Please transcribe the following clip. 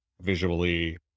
visually